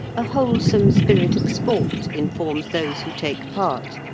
a wholesome spirit of sport informs those who take part,